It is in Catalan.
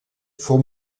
fou